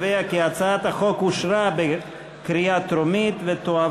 ההצעה להעביר את הצעת חוק הביטוח הלאומי (תיקון,